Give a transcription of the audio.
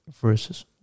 versus